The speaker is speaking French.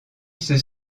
ceux